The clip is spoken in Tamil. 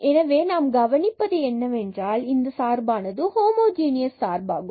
எனவே நாம் கவனிப்பது என்னவென்றால் இது இந்த சார்பானது ஹோமோஜனியஸ் சார்பாகும்